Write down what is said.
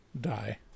die